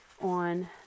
on